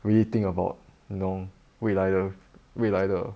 really think about you know 未来的未来的